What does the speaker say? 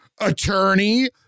Attorney